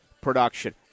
production